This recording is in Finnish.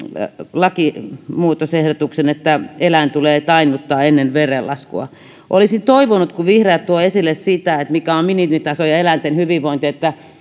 lakimuutosehdotuksen että eläin tulee tainnuttaa ennen veren laskua olisin toivonut kun vihreät tuovat esille sitä mikä on minimitaso ja eläinten hyvinvointi että